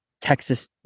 Texas